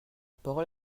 parole